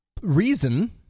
Reason